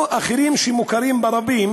או אחרים שמוכרים ברבים